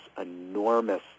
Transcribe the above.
enormous